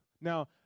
Now